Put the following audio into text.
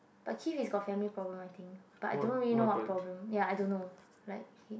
but Keith is got family problem I think but I don't really know what problem ya I don't know like he